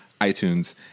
itunes